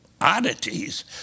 oddities